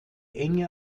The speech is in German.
enge